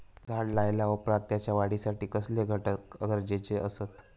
झाड लायल्या ओप्रात त्याच्या वाढीसाठी कसले घटक गरजेचे असत?